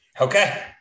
Okay